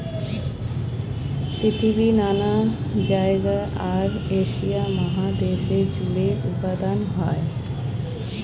পৃথিবীর নানা জায়গায় আর এশিয়া মহাদেশ জুড়ে উৎপাদন হয়